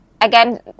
Again